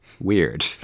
weird